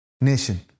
nation